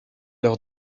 leur